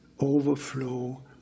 overflow